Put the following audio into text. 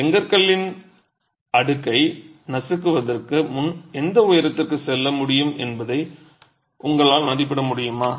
செங்கற்களின் அடுக்கை நசுக்குவதற்கு முன் எந்த உயரத்திற்கு செல்ல முடியும் என்பதை உங்களால் மதிப்பிட முடியுமா